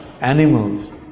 animals